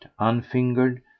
unfingered